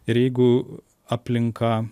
ir jeigu aplinka